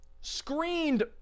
screened